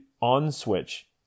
on-switch